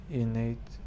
innate